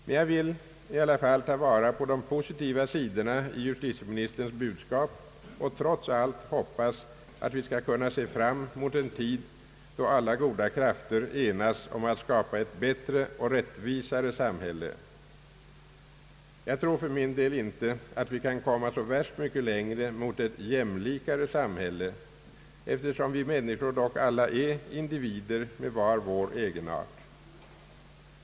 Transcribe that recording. Men jag vill i alla fall ta vara på de positiva sidorna i justitieministerns budskap och trots allt hoppas att vi skall kunna se fram mot en tid, då alla goda krafter enas om att skapa ett bättre och rättvisare samhälle. Jag tror för min del inte att vi kan komma så värst mycket längre mot ett jämlikare samhälle, eftersom vi människor dock alla är individer med var vår egenart.